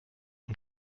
und